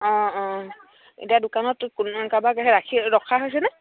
অঁ অঁ এতিয়া দোকানত কোন কাৰোবাক ৰাখি ৰখা হৈছেনে